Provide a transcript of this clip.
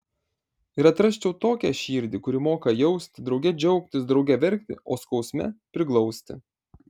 ir atrasčiau tokią širdį kuri moka jausti drauge džiaugtis drauge verkti o skausme priglausti